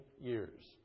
years